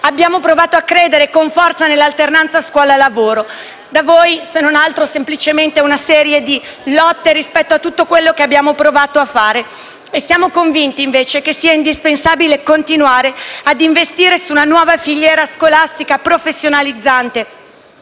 abbiamo provato a credere con forza nell'alternanza scuola-lavoro. Da voi, se non altro, semplicemente una serie di lotte rispetto a tutto quello che abbiamo provato a fare. Siamo convinti invece che sia indispensabile continuare a investire su una nuova filiera scolastica professionalizzante,